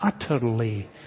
utterly